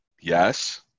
yes